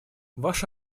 ваш